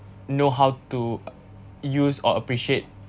know how to use or appreciate